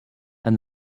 and